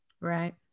Right